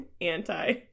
anti-